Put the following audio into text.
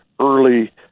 early